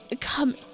come